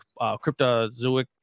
cryptozoic